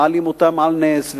מעלים אותם על נס,